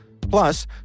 Plus